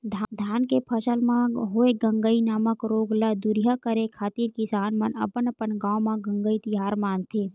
धान के फसल म होय गंगई नामक रोग ल दूरिहा करे खातिर किसान मन अपन अपन गांव म गंगई तिहार मानथे